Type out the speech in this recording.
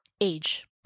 age